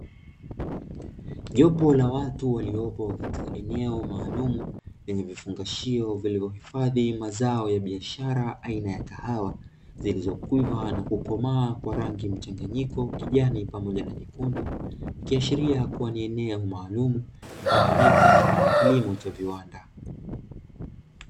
Jopo la watu waliopo katika eneo maalumu lenye vifungashio vilivyohifadhi mazao ya biashara aina ya kahawa zilizovunwa na kukomaa kwa rangi mchanganyiko kijani pamoja na nyekundu, ikiashiria kuwa ni eneo maalumu linalotumika kama kilimo cha viwanda.